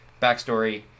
Backstory